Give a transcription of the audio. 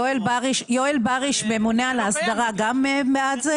יואל בריס, הממונה על ההסדרה, גם בעד זה?